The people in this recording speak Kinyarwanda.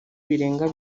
birenga